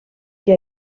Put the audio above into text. que